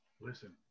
Listen